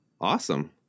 awesome